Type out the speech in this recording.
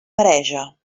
mareja